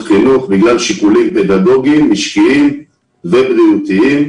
חינוך בגלל שיקולים פדגוגיים משקיים ובריאותיים.